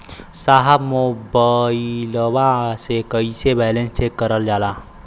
साहब मोबइलवा से कईसे बैलेंस चेक करल जाला?